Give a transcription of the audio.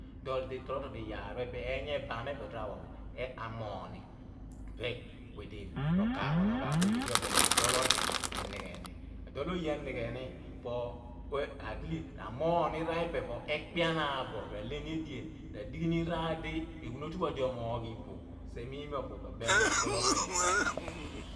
Do di tro bo iyaar pho epeh i ban mo epeh odira wha bro amooghani ro kaaph ghan oghaaph oye dia beem ma adool odi enighe ni adool oye eneghe pho kaa moogh ni raar phi pe pho ekpenaan bo ralee ni edean eghun otupho odi omoogh iboh mem mo opo pho ko mem mo a dool apeer enigheni.